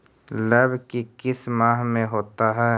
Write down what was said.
लव की किस माह में होता है?